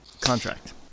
contract